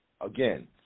again